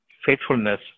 Faithfulness